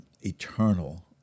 eternal